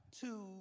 two